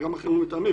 וגם אחרים מטעמי,